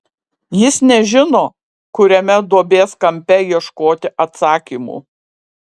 jis nežino kuriame duobės kampe ieškoti atsakymų